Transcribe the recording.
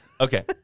Okay